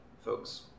folks